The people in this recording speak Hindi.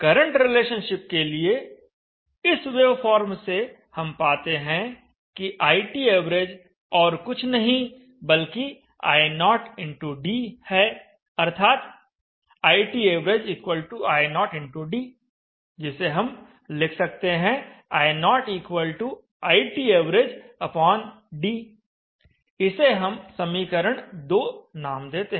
करंट रिलेशनशिप के लिए इस वेवफॉर्म से हम पाते हैं कि ITav और कुछ नहीं बल्कि I0 x d है अर्थात ITav I0 x d जिसे हम लिख सकते हैं I0 ITavd इसे हम समीकरण नाम देते हैं